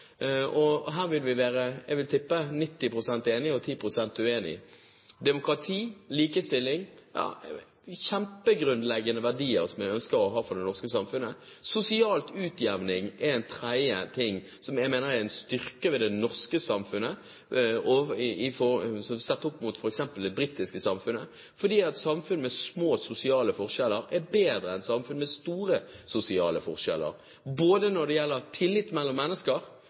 debatt. Her vil vi være, vil jeg tippe, 90 pst. enige og 10 pst. uenige. Demokrati og likestilling er kjempegrunnleggende verdier som jeg ønsker at det norske samfunnet skal ha. Så sier jeg at utjevning er en tredje ting som jeg mener er en styrke ved det norske samfunnet, sett opp mot f.eks. det britiske samfunnet, fordi samfunn med små sosiale forskjeller er bedre enn samfunn med store sosiale forskjeller, både når det gjelder tillit mellom mennesker,